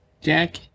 Jack